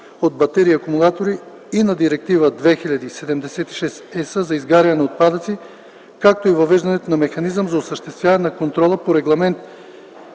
от батерии и акумулатори и на Директива 2000/76/ЕС за изгаряне на отпадъци, както и въвеждането на механизъм за осъществяване на контрола по Регламент